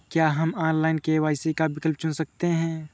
क्या हम online KYC का विकल्प चुन सकते हैं?